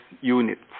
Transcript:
units